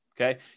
okay